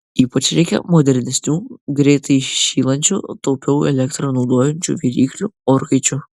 ypač reikia modernesnių greitai įšylančių taupiau elektrą naudojančių viryklių orkaičių